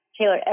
Taylor